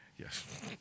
Yes